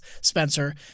Spencer